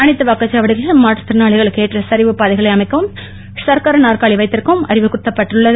அனைத்து வாக்குச்சாவடிகளிலும் மாற்றுத் தறனாளிகளுக்கு ஏற்ற சரிவுப் பாதைகளை அமைக்கவும் சக்கர நாற்காலி வைத்திருக்கவும் அறிவுறுத்தப்பட்டுள்ளது